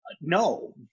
No